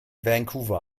vancouver